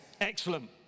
Excellent